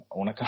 on